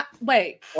Wait